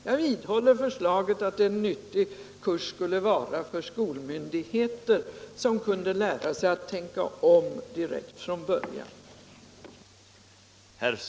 Jag vidhåller att en kurs som skulle lära skolmyndigheter att tänka om redan från början skulle vara nyttig.